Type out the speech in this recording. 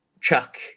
Chuck